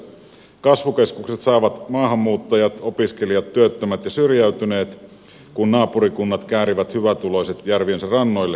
kasvukeskukset saavat maahanmuuttajat opiskelijat työttömät ja syrjäytyneet kun naapurikunnat käärivät hyvätuloiset järviensä rannoille